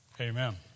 amen